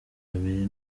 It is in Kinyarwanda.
babiri